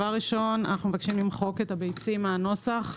ראשית, אנו מבקשים למחוק את הביצים מהנוסח.